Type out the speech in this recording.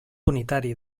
unitari